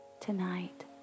Tonight